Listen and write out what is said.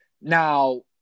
Now